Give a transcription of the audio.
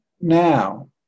now